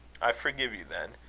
i forgive you, then.